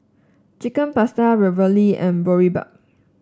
Chicken Pasta Ravioli and Boribap